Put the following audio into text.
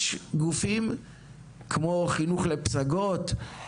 יש גופים כמו חינוך לפסגות,